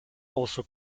also